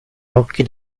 occhi